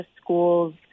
schools